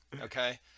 Okay